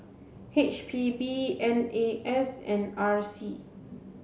H P B N A S and R C